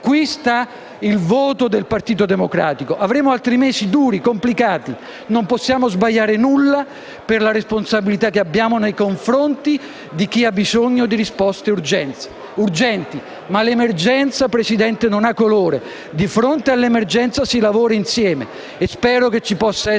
si basa il voto del Partito Democratico. Avremo di fronte altri mesi duri e complicati e non possiamo sbagliare nulla, per la responsabilità che abbiamo nei confronti di chi ha bisogno di risposte urgenti. L'emergenza, signor Presidente, non ha colore: di fronte all'emergenza si lavora insieme e spero ci possa essere un voto